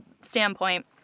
standpoint